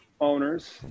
owners